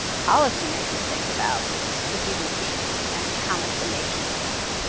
policymakers think about the gdp and how much the nation is spending.